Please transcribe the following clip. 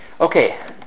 Okay